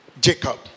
Jacob